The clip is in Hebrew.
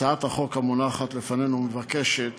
הצעת החוק המונחת לפנינו מבקשת